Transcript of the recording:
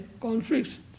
conflicts